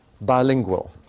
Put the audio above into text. bilingual